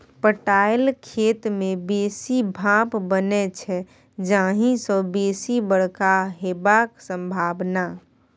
पटाएल खेत मे बेसी भाफ बनै छै जाहि सँ बेसी बरखा हेबाक संभाबना